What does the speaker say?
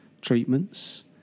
treatments